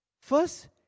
First